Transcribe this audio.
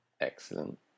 Excellent